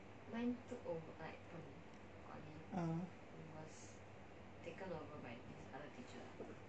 ah